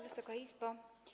Wysoka Izbo!